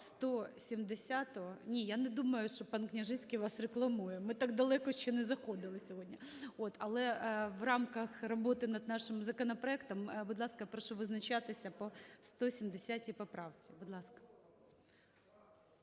у залі) Ні, я не думаю, що пан Княжицький вас рекламує. Ми так далеко ще не заходили сьогодні, от. Але в рамках роботи над нашим законопроектом, будь ласка, прошу визначатися по 170 поправці. Будь ласка.